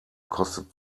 kostet